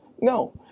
no